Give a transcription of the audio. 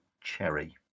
cherry